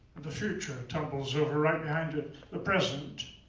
the future tumbles over right behind it. the present,